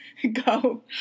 Go